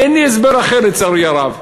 אין לי הסבר אחר, לצערי הרב.